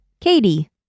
Katie